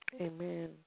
Amen